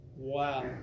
Wow